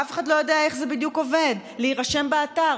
אף אחד לא יודע איך זה בדיוק עובד, להירשם באתר.